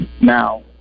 Now